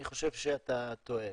אני חושב שאתה טועה.